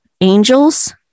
angels